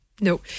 No